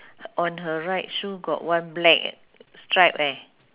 on her right shoe got one black stripe eh